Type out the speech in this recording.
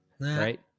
right